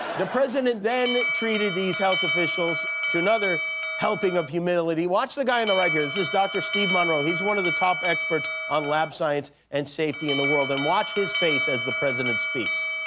the president then treated these health officials to another helping of humility. watch the guy on the right here. this is dr. steve monroe. he's one of the top experts on lab science and safety in the world. and watch his face as the president speaks.